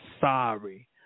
sorry